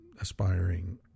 aspiring